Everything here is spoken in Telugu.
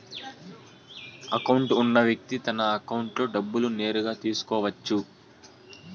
అకౌంట్ ఉన్న వ్యక్తి తన అకౌంట్లో డబ్బులు నేరుగా తీసుకోవచ్చు